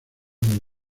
del